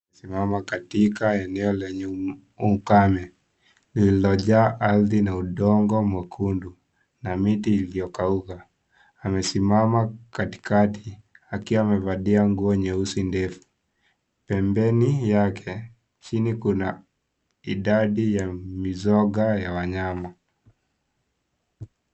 Mama katika eneo lenye ukame, lililojaa ardhi na udongo mwekundu na miti iliyokauka amesimama katikati akiwa amevalia nguo nyeusi ndefu, pembeni yake chini kuna idadi ya mizoga ya wanyama.